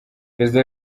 perezida